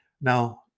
Now